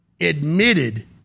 admitted